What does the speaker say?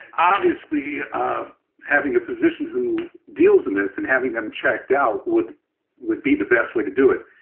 obviously, having a physician who deals in this and having them checked out would would be the best way to do it.